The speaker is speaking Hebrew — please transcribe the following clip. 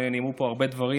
נאמרו פה הרבה דברים,